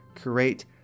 create